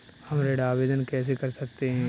हम ऋण आवेदन कैसे कर सकते हैं?